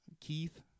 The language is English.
Keith